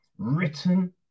Written